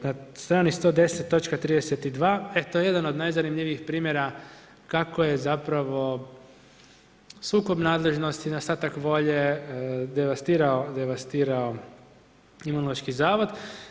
Na strani 110, točka 32., e to je jedan od najzanimljivijih primjera kako je zapravo sukob nadležnosti, nedostatak volje devastirao Imunološki zavod.